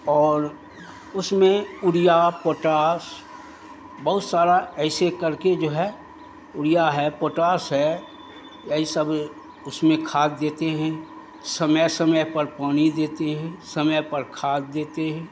और उसमें urea potash बहुत सारा ऐसे करके जो है उरिया है पोटाश है ये सब उसमें खाद देते हैं समय समय पर पानी देते हैं समय पर खाद देते हैं